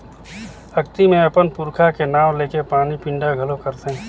अक्ती मे अपन पूरखा के नांव लेके पानी पिंडा घलो करथे